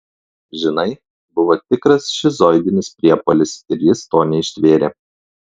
žinai buvo tikras šizoidinis priepuolis ir jis to neištvėrė